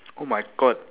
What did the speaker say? oh my god